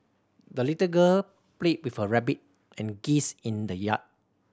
the little girl played with her rabbit and geese in the yard